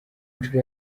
nshuro